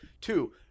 Two